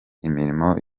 imirimo